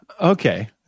Okay